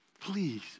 please